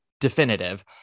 definitive